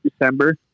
December